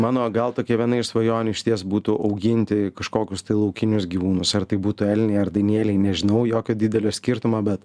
mano gal tokia viena iš svajonių išties būtų auginti kažkokius tai laukinius gyvūnus ar tai būtų elniai ar danieliai nežinau jokio didelio skirtumo bet